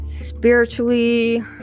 spiritually